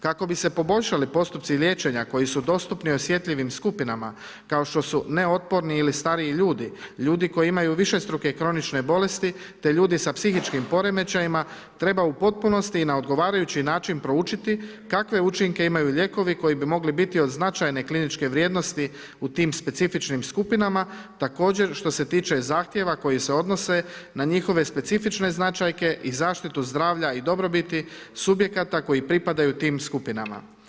Kako bi se poboljšali postupci liječenja koji su dostupni osjetljivim skupinama kao što su neotporni ili stariji ljudi, ljudi koji imaju višestruke kronične bolesti te ljudi sa psihičkim poremećajima treba u potpunosti i na odgovarajući način proučiti kakve učinke imaju lijekovi koji bi mogli biti od značajne kliničke vrijednosti u tim specifičnim skupinama, također što se tiče zahtjeva koji se odnose na njihove specifične značajke i zaštitu zdravlja i dobrobiti subjekata koji pripadaju tim skupinama.